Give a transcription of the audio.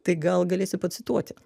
tai gal galėsi pacituoti